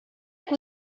que